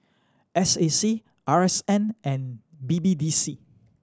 S A C R S N and B B D C